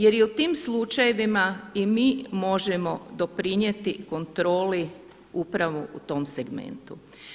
Jer i u tim slučajevima i mi možemo doprinijeti kontroli upravo u tom segmentu.